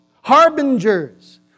harbingers